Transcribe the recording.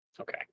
Okay